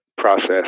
process